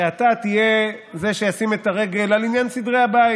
שאתה תהיה זה שישים את הרגל על עניין סדרי הבית.